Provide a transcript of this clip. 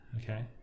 Okay